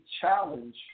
challenge